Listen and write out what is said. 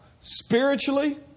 spiritually